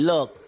Look